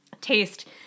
taste